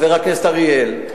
חבר הכנסת אריאל,